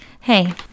Hey